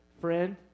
Friend